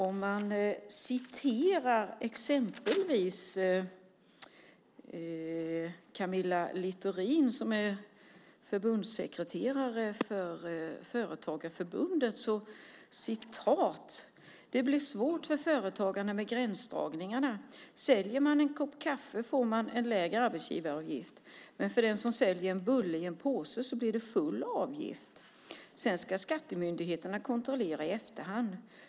Jag kan citera exempelvis Camilla Littorin, som är förbundssekreterare för Företagarförbundet. Hon säger: "Det blir svårt för företagarna med gränsdragningarna. Säljer man en kopp kaffe får man en lägre arbetsgivaravgift men för den som säljer en bulle i en påse blir det full avgift. Sedan ska skattemyndigheten kontrollera i efterhand.